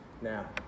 now